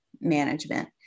management